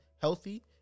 healthy